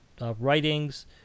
writings